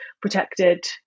protected